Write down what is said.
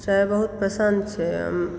चाय बहुत पसन्द छै